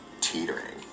teetering